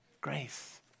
Grace